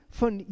van